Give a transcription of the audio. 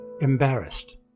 embarrassed